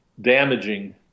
damaging